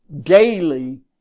daily